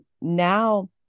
now